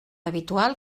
habitual